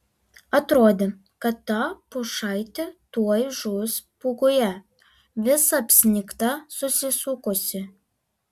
atrodė kad ta pušaitė tuoj žus pūgoje visa apsnigta susisukusi